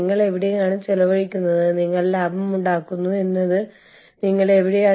ഇത് അന്താരാഷ്ട്ര human resource മാനേജരുടെ ഒരു വലിയ വെല്ലുവിളിയാണ്